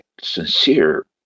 sincere